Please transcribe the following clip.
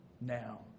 now